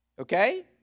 Okay